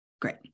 Great